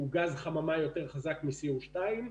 והוא גז חממה יותר חזק מ-Co2.